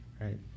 right